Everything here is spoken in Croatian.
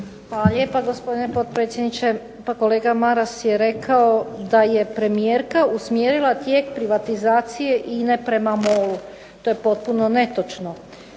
Hvala lijepa, gospodine potpredsjedniče. Pa kolega Maras je rekao da je premijerka usmjerila tijek privatizacije INA-e prema MOL-u. To je potpuno netočno.